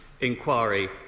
inquiry